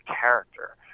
character